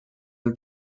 del